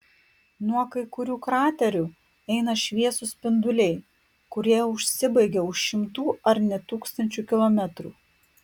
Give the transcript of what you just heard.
nuo kai kurių kraterių eina šviesūs spinduliai kurie užsibaigia už šimtų ar net tūkstančių kilometrų